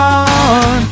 on